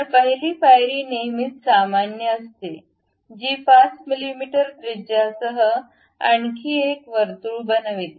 तर पहिली पायरी नेहमीच सामान्य असते जी 5 मिमी त्रिज्यासह आणखी एक वर्तुळ बनविते